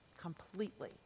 completely